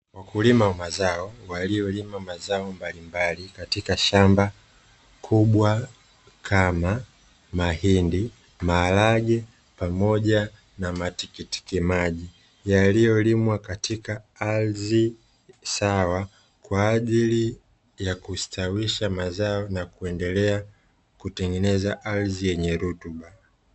Wakulima wa mazao, waliolima mazao mbalimbali, katika shamba kubwa kama: mahindi, maharage pamoja na matikiti maji. Yaliyolimwa katika ardhi sawa, kwa ajili ya kustawisha mazao na kuendelea, kutengeneza ardhi yenye rutuba.